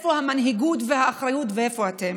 איפה המנהיגות והאחריות ואיפה אתם.